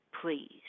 Please